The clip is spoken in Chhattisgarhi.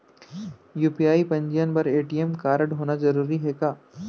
यू.पी.आई पंजीयन बर ए.टी.एम कारडहोना जरूरी हे का?